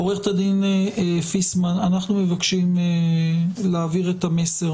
עו"ד פיסמן, אנחנו מבקשים להעביר את המסר